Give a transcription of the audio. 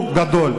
הוא גדול.